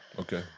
Okay